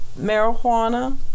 marijuana